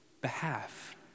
behalf